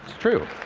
true.